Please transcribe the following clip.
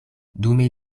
dume